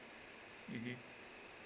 (uh huh)